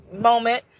moment